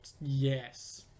Yes